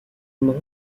main